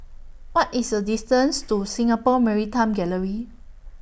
What IS The distance to Singapore Maritime Gallery